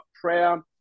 prayer